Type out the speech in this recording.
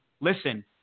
listen